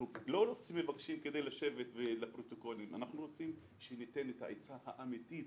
אנחנו רוצים לתת את העצה האמיתית